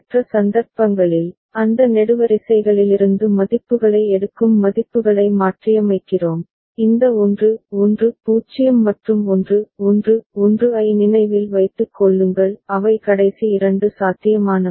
மற்ற சந்தர்ப்பங்களில் அந்த நெடுவரிசைகளிலிருந்து மதிப்புகளை எடுக்கும் மதிப்புகளை மாற்றியமைக்கிறோம் இந்த 1 1 0 மற்றும் 1 1 1 ஐ நினைவில் வைத்துக் கொள்ளுங்கள் அவை கடைசி இரண்டு சாத்தியமானவை